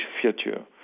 future